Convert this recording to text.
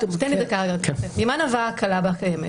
ממה נבעה ההקלה הקיימת?